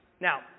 Now